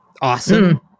awesome